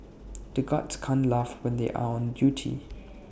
the guards can't laugh when they are on duty